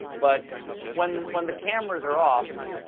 but when when the cameras are off,